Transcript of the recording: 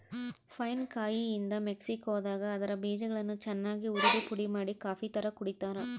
pine ಕಾಯಿಯಿಂದ ಮೆಕ್ಸಿಕೋದಾಗ ಅದರ ಬೀಜಗಳನ್ನು ಚನ್ನಾಗಿ ಉರಿದುಪುಡಿಮಾಡಿ ಕಾಫಿತರ ಕುಡಿತಾರ